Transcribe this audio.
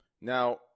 Now